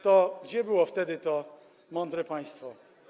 To gdzie było wtedy to mądre państwo?